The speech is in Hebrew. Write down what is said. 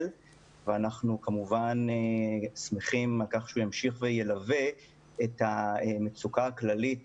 ואנחנו כמובן שמחים על כך שהוא ימשיך וילווה את המצוקה הכללית